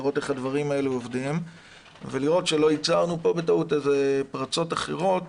איך הדברים האלה עובדים ולראות שלא ייצרנו פה בטעות פרצות אחרות.